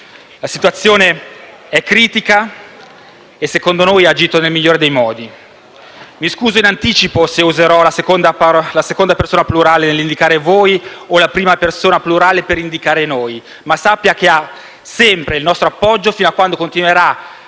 La situazione è critica e, a nostro avviso, lei ha agito nel migliore dei modi. Mi scuso in anticipo se userò la seconda persona plurale nel rivolgermi a voi o la prima persona plurale per indicare noi, ma sappia che avrà sempre il nostro appoggio, fino a quando continuerà